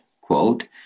quote